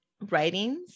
writings